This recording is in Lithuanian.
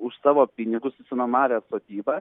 už savo pinigus išsinuomavę sodybą